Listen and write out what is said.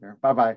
Bye-bye